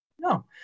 No